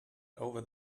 over